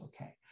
okay